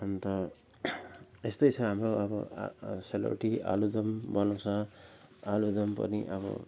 अन्त यस्तै छ अब अब सेलरोटी आलुदम बनाउँछ आलुदम पनि अब